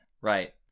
Right